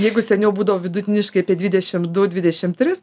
jeigu seniau būdavo vidutiniškai dvidešim du dvidešim trys